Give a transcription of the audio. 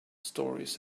stories